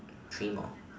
three more